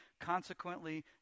consequently